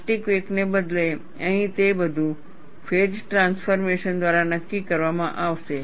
plastic વેકને બદલે અહીં તે બધું ફેઝ ટ્રાન્સફોર્મેશન દ્વારા નક્કી કરવામાં આવશે